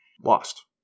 lost